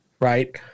Right